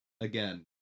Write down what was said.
again